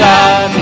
God